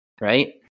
Right